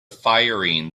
firing